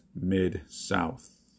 Mid-South